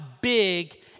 big